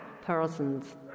persons